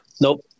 Nope